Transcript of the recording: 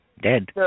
dead